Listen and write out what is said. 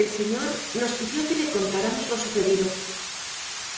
el señor nos pidió que le contáramos lo sucedido